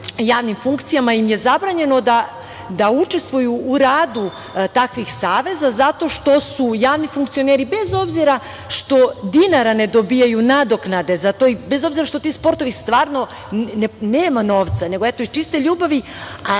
javnim funkcijama im je zabranjeno da učestvuju u radu takvih saveza zato što su javni funkcioneri, bez obzira što dinara ne dobijaju nadoknade za to i bez obzira što ti sportovi nemaju novca, nego iz čiste ljubavi,